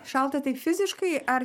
šalta tai fiziškai ar